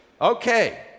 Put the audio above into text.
Okay